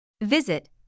Visit